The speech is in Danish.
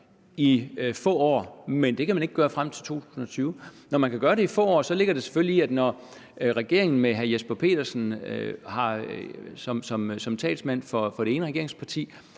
i få år, men det kan man ikke gøre frem til 2020. Når vi kan gøre det i få år, ligger det selvfølgelig i, at når regeringen med hr. Jesper Petersen som talsmand for det ene regeringsparti